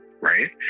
right